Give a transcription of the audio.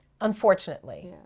unfortunately